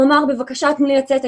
הוא אמר: בבקשה תנו לי לצאת,